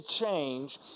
change